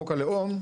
חוק הלאום,